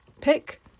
pick